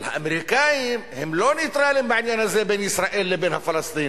אבל האמריקנים הם לא נייטרליים בעניין הזה בין ישראל לבין הפלסטינים,